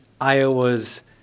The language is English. Iowa's